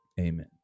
Amen